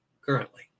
currently